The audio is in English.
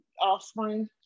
offspring